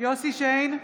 יוסף שיין,